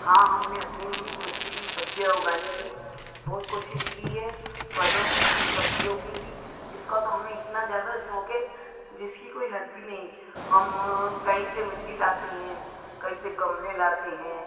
हाँ हम ने अपने लिए खुद के लिए सब्ज़ियाँ उगाने की बहुत कोशिश की है फलों की भी सब्ज़ियों की भी इसका तो हमें इतना ज़्यादा शौक़ है जिसकी कोई हद भी नहीं हम कहीं से मिट्टी लाते हैं कहीं से गमले लाते हैं